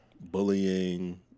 Bullying